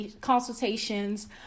consultations